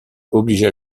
obligea